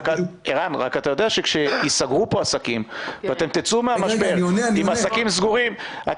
אתה יודע שכשייסגרו פה העסקים ואתם תצאו מהמשבר עם העסקים סגורים,